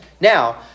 Now